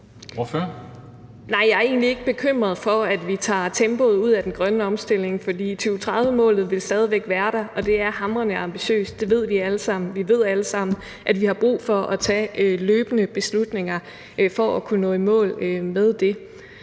egentlig ikke bekymret for, at vi tager tempoet ud af den grønne omstilling, for 2030-målet vil stadig væk være der, og det er hamrende ambitiøst. Det ved vi alle sammen. Vi ved alle sammen, at vi løbende har brug for at tage beslutninger for at kunne nå i mål med det.